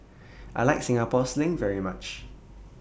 I like Singapore Sling very much